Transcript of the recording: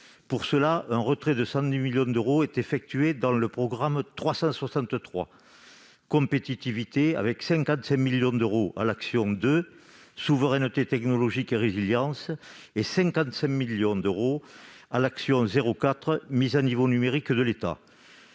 opérer un retrait de 110 millions d'euros sur le programme 363, « Compétitivité », avec 55 millions d'euros à l'action n° 02, Souveraineté technologique et résilience, et 55 millions d'euros à l'action n° 04, Mise à niveau numérique de l'État.